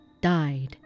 died